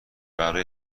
برای